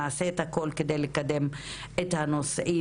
נעשה את הכל כדי לקדם גם את הנושאים